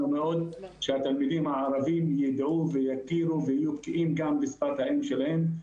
מאוד שהתלמידים הערבים ידעו ויכירו ויהיו בקיאים גם בשפת האם שלהם,